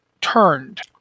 turned